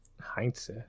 heinz